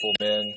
men